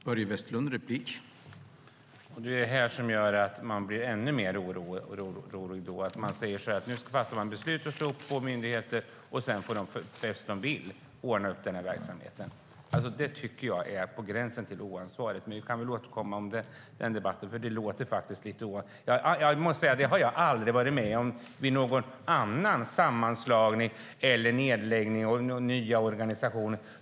Herr talman! Det är detta som gör att jag blir ännu mer orolig. Nu säger man att man fattar beslut om två myndigheter, och sedan får de ordna upp verksamheten bäst de vill. Det är på gränsen till oansvarigt. Vi kan återkomma om den debatten. Detta har jag aldrig varit med om vid någon annan sammanslagning, nedläggning eller ny organisation.